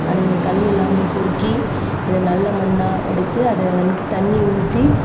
அது கல் இல்லாமல் பொறுக்கி அதை நல்ல மண்ணாக எடுத்து அதை வந்து தண்ணி ஊற்றி